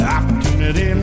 Opportunity